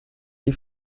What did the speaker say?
die